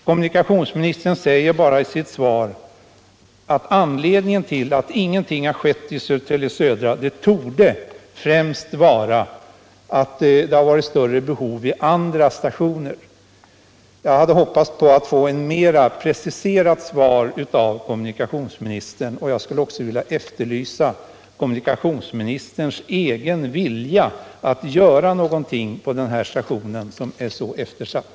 Kommunikationsministern säger i sitt svar att anledningen till att ingenting hänt vid Södertälje Södra främst torde vara att behoven varit större vid andra stationer. Jag hade hoppats att få ett mera preciserat svar av kommunikationsministern. Jag skulle också vilja efterlysa kommunikationsministerns egen vilja när det gäller att göra någonting på den här stationen, som är så eftersatt.